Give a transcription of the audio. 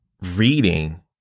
reading